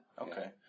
Okay